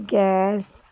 gas